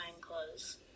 clothes